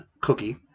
Cookie